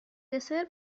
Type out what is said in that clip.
دسر